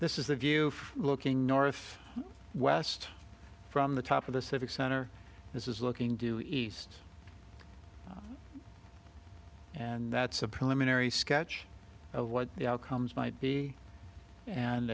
this is the view looking north west from the top of the civic center this is looking due east and that's a preliminary sketch of what the outcomes might be and